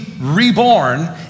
reborn